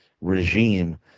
regime